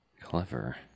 Clever